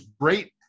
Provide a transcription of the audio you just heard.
great